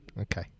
okay